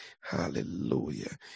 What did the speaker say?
Hallelujah